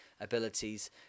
abilities